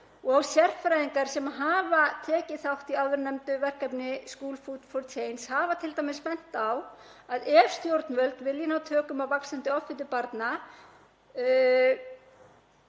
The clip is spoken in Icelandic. og sérfræðingar sem hafa tekið þátt í áðurnefndu verkefni, Schoolfood4change, hafa t.d. bent á að ef stjórnvöld vilji ná tökum á vaxandi offitu barna